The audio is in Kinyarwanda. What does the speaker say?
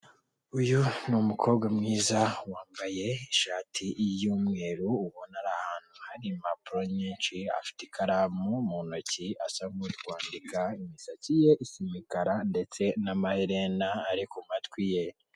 Uyu ni umukobwa mwiza wambaye ishati y'umweru ubona ari ahantu hari impapuro nyinshi afite ikaramu mu ntoki asa nkuri kwandika, afite imisatsi ye isa imikara ndetse n'amaherena ari ku matwi ye.